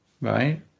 Right